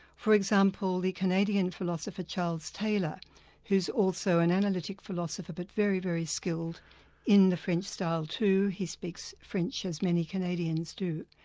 for example the canadian philosopher charles taylor who's also an analytic philosopher but very, very skilled in the french style too, he speaks french as many canadians do.